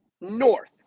north